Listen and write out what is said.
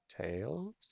Tails